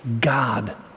God